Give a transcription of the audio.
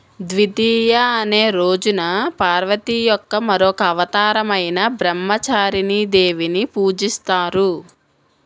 ద్వితీయ అనే రోజున పార్వతి యొక్క మరొక అవతారమైన బ్రహ్మచారిణి దేవిని పూజిస్తారు